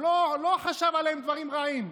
הוא לא חשב עליהם דברים רעים.